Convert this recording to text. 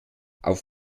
auf